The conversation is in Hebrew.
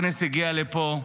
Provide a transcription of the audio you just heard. אגנס הגיעה לפה,